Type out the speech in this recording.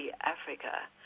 Africa